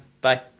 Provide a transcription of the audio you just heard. Bye